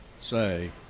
say